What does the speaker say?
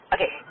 Okay